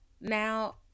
Now